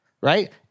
right